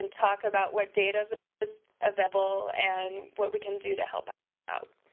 and talk about what data that is available and what we can do to help out.